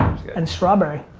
and strawberry.